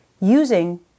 using